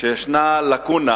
שישנה לקונה